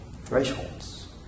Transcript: thresholds